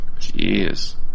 jeez